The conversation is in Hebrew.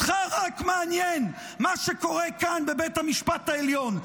אותך רק מעניין מה שקורה כאן בבית המשפט העליון.